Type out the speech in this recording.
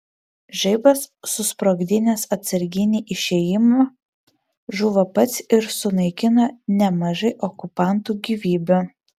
žaibas susprogdinęs atsarginį išėjimą žuvo pats ir sunaikino nemažai okupantų gyvybių